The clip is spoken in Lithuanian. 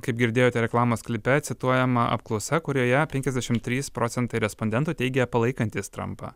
kaip girdėjote reklamos klipe cituojama apklausa kurioje penkiasdešim trys procentai respondentų teigia palaikantys trampą